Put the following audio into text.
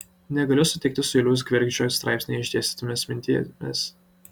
negaliu sutikti su juliaus gvergždžio straipsnyje išdėstytomis mintimis